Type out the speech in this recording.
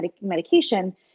medication